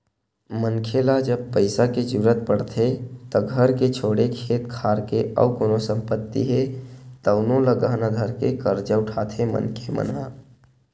मनखे ल जब पइसा के जरुरत पड़थे त घर के छोड़े खेत खार के अउ कोनो संपत्ति हे तउनो ल गहना धरके करजा उठाथे मनखे मन ह